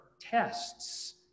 tests